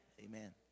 Amen